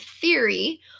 theory